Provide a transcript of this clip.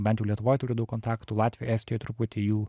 bent jau lietuvoj turiu daug kontaktų latvijoj estijoj truputį jų